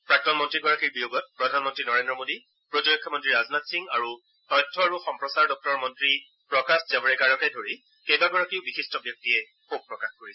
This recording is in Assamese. প্ৰাক্তন মন্ত্ৰীগৰাকীৰ বিয়োগত প্ৰধানমন্ত্ৰী নৰেন্দ্ৰ মোদী প্ৰতিৰক্ষা মন্ত্ৰী ৰাজনাথ সিং আৰু তথ্য আৰু সম্প্ৰচাৰ দপুৰৰ মন্ত্ৰী প্ৰকাশ জাভড়েকাৰকে ধৰি কেইবাগৰাকীও বিশিষ্ট ব্যক্তিয়ে গভীৰ শোক প্ৰকাশ কৰিছে